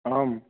आम्